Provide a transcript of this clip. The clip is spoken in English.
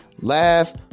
laugh